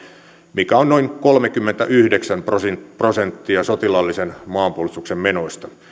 mikä on noin kolmekymmentäyhdeksän prosenttia prosenttia sotilaallisen maanpuolustuksen menoista